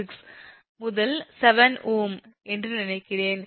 26 முதல் 7 Ωஎன்று நினைக்கிறேன்